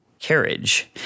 Carriage